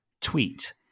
tweet